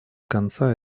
конца